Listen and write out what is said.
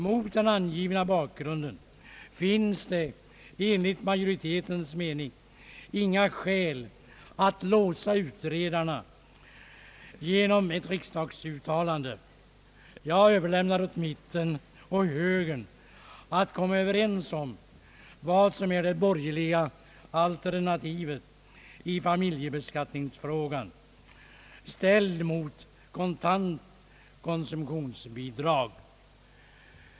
Mot den angivna bakgrunden finns det enligt majoritetens mening inga skäl att låsa utredarna genom ett riksdagsuttalande. Jag överlämnar åt mittenpartierna och högern att komma överens om vad som är det borgerliga alternativet i familjebeskattningsfrågan = ställt mot kontant konsumtionsbidrag.